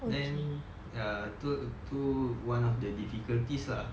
then uh tu tu one of the difficulties lah